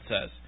says